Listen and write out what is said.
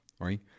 right